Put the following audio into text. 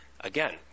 again